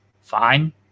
fine